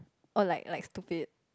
or like like stupid